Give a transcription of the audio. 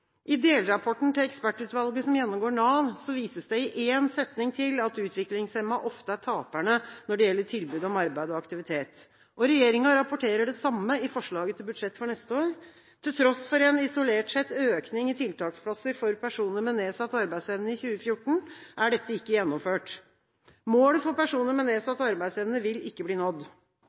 I delrapporten til ekspertutvalget som gjennomgår Nav, vises det i én setning til at utviklingshemmede ofte er taperne når det gjelder tilbud om arbeid og aktivitet. Regjeringa rapporterer det samme i forslaget til budsjett for neste år. Til tross for – isolert sett – en økning i tiltaksplasser for personer med nedsatt arbeidsevne i 2014, er dette ikke gjennomført. Målet for personer med nedsatt arbeidsevne vil ikke bli nådd,